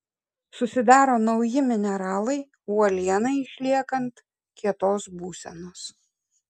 susidaro nauji mineralai uolienai išliekant kietos būsenos